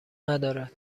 ندارد